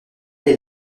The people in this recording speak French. est